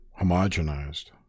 homogenized